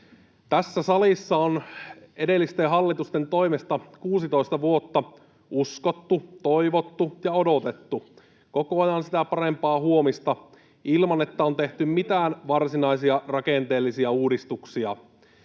Tässä salissa on edellisten hallitusten toimesta 16 vuotta uskottu, toivottu ja odotettu koko ajan sitä parempaa huomista ilman, että on tehty mitään varsinaisia rakenteellisia uudistuksia.